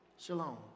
Shalom